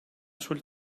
sul